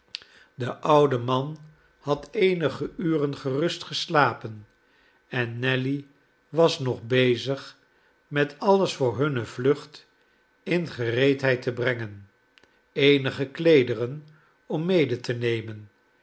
de oude man had eenige uren gerust geslapen en nelly was nog bezig met alles voor hunne vlucht in gereedheid te brengen eenige kleederen om mede te nemeri